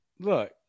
look